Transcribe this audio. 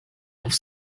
auf